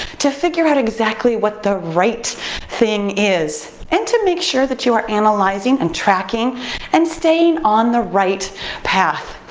to figure out exactly what the right thing is and to make sure that you are analyzing and tracking and staying on the right path.